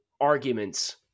arguments